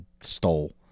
stole